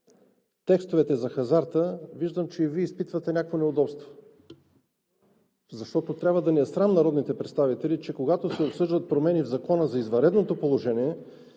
текстовете за хазарта. Виждам, че и Вие изпитвате някакво неудобство, защото трябва да ни е срам – народните представители, че когато се обсъждат промени в Закона за извънредното положение,